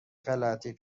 غلطی